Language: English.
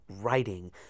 writing